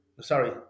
Sorry